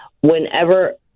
whenever